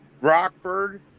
Rockford